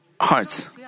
hearts